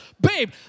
Babe